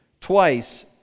twice